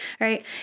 right